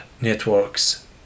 networks